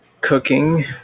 cooking